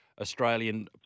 Australian